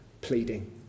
pleading